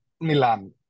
Milan